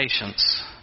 patience